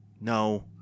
No